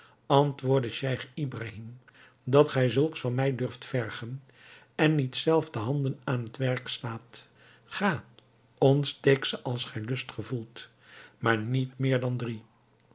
antwoordde scheich ibrahim dat gij zulks van mij durft vergen en niet zelf de handen aan het werk slaat ga ontsteek ze als gij lust gevoelt maar niet meer dan drie